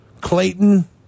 Clayton